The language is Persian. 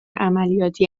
عملیاتی